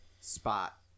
spot